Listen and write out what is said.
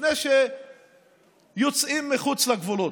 לפני שיוצאים מחוץ לגבולות.